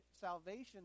salvation